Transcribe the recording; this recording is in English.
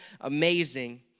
amazing